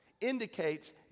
indicates